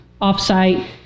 off-site